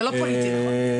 זה לא פוליטי, נכון?